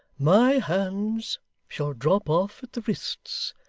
my hands shall drop off at the wrists,